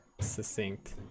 succinct